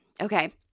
Okay